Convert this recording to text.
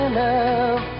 love